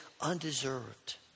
undeserved